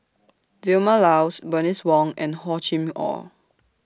Vilma Laus Bernice Wong and Hor Chim Or